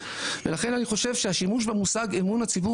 ולכן אני חושב שהשימוש במושג אמון הציבור